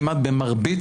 כמעט במרבית,